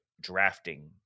drafting